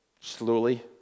slowly